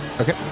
Okay